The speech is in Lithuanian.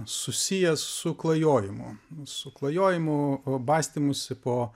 susijęs su klajojimu su klajojimu bastymusi po